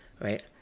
right